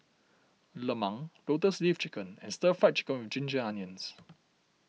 Lemang Lotus Leaf Chicken and Stir Fried Chicken with Ginger Onions